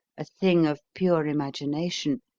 a thing of pure imagination,